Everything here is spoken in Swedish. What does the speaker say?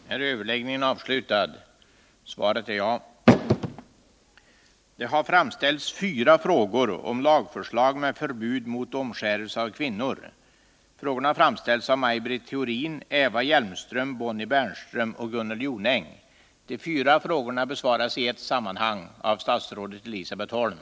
Socialutskottet har beslutat att till hösten uppskjuta frågan om en lag mot omskärelse av kvinnor. Samtidigt är det viktigt att ett klart uttalande från svensk sida mot stympning av kvinnor föreligger vid FN:s kvinnokonferens i Köpenhamn. Jag vill därför fråga statsrådet Holm: Är statsrådet beredd att uttala sig mot stympning av kvinnor och kommer ett lagförslag i denna riktning att föreläggas riksdagen under hösten?